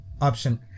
option